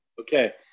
okay